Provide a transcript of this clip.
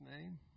name